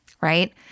right